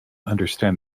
understand